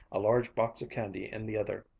a large box of candy in the other.